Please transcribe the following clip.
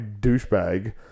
douchebag